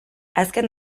azken